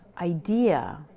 idea